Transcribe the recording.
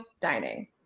Dining